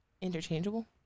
Interchangeable